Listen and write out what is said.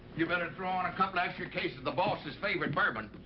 you better throw on a couple extra cases of the bosses favorite bourbon.